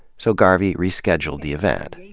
so garvey rescheduled the event.